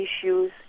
issues